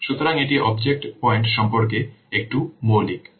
সুতরাং এটি object point সম্পর্কে একটু মৌলিক